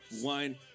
wine